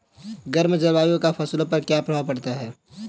गर्म जलवायु का फसलों पर क्या प्रभाव पड़ता है?